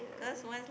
yeah